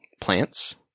plants